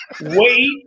wait